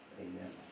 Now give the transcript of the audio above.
amen